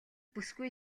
бүсгүй